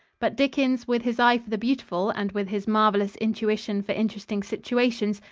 but dickens, with his eye for the beautiful and with his marvelous intuition for interesting situations,